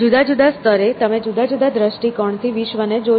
જુદા જુદા સ્તરે તમે જુદા જુદા દૃષ્ટિકોણથી વિશ્વને જોશો